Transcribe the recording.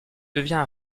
devient